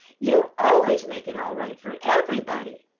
you always make it all right for everybody.